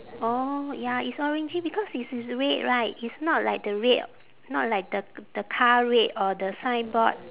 orh ya it's orangey because it's it's red right it's not like the red not like the the car red or the signboard